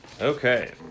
Okay